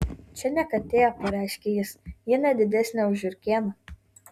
čia ne katė pareiškė jis ji ne didesnė už žiurkėną